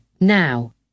now